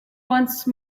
once